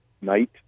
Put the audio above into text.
night